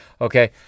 Okay